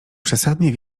przesadnie